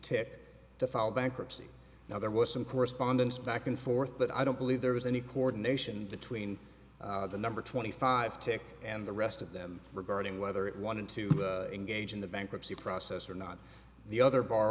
ticket to file bankruptcy now there was some correspondence back and forth but i don't believe there was any coordination between the number twenty five tick and the rest of them regarding whether it wanted to engage in the bankruptcy process or not the other b